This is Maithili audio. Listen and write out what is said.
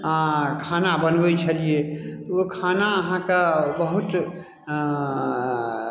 आओर खाना बनबै छलियै ओ खाना अहाँके बहुत अऽ